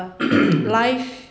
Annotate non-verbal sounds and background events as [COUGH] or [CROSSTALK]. [COUGHS]